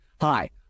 Hi